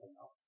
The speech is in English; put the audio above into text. else